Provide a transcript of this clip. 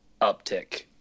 uptick